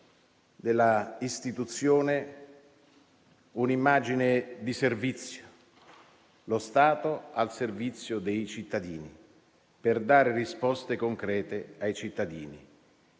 dell'Istituzione un'immagine di servizio; lo Stato al servizio dei cittadini per dare loro risposte concrete.